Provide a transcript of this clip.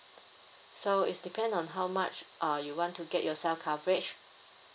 so it's depend on how much uh you want to get yourself coverage